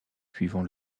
suivant